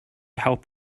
help